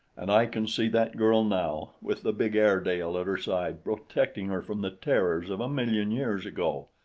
and i can see that girl now, with the big airedale at her side protecting her from the terrors of a million years ago.